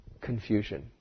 confusion